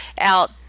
out